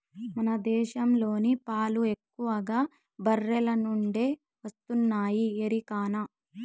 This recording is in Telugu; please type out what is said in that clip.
మన దేశంలోని పాలు ఎక్కువగా బర్రెల నుండే వస్తున్నాయి ఎరికనా